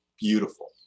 beautiful